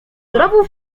rowów